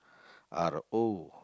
R O